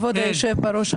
כבוד היושב בראש,